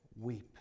weep